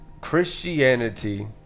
Christianity